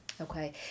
Okay